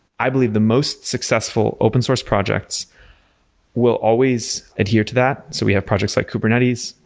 i believe the most successful open source projects will always adhere to that. so we have projects like kubernetes,